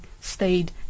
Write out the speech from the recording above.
stayed